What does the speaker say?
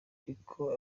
ariko